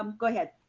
um go ahead.